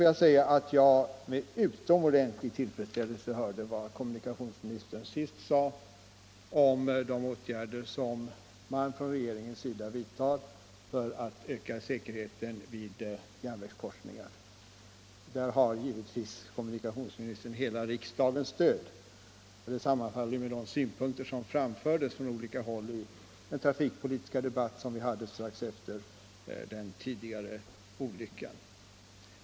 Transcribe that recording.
Jag hörde med utomordentligt stor tillfredsställelse vad kommunikationsministern sist sade om de åtgärder man från regeringens sida vidtar för att öka säkerheten vid järnvägskorsningar. Där har kommunikationsministern givetvis hela riksdagens stöd. Det sammanfaller ju med de synpunkter som fördes fram från olika håll i den trafikpolitiska debatt som vi hade strax efter den tidigare olyckan.